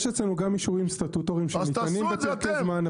יש אצלנו גם אישורים סטטוטוריים שניתנים בפרקי זמן,